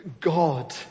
God